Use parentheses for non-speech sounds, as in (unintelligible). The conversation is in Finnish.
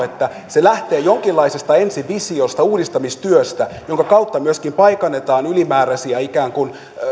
(unintelligible) että se lähtee jonkinlaisesta ensivisiosta uudistamistyöstä jonka kautta myöskin paikannetaan ylimääräisiä ikään kuin